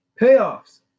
payoffs